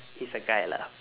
he's a guy lah